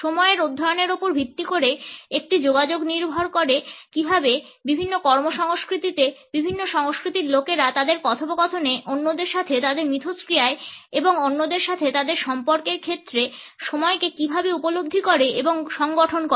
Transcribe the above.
সময়ের অধ্যয়নের উপর ভিত্তি করে একটি যোগাযোগ নির্ভর করে কিভাবে বিভিন্ন কর্ম সংস্কৃতিতে বিভিন্ন সংস্কৃতির লোকেরা তাদের কথোপকথনে অন্যদের সাথে তাদের মিথস্ক্রিয়ায় এবং অন্যদের সাথে তাদের সম্পর্কের ক্ষেত্রে সময়কে কীভাবে উপলব্ধি করে এবং সংগঠন করে